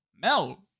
Mel